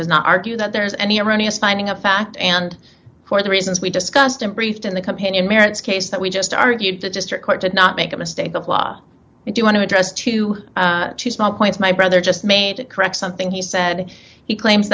does not argue that there is any erroneous finding of fact and for the reasons we discussed and briefed in the companion merits case that we just argued the district court did not make a mistake the law if you want to address to two small points my brother just made to correct something he said he claims